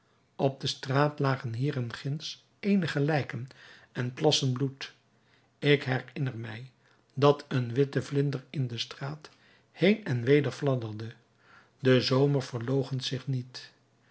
op de straat lagen hier en ginds eenige lijken en plassen bloed ik herinner mij dat een witte vlinder in de straat heen en weder fladderde de zomer verloochent zich niet